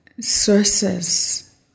sources